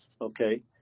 okay